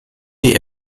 die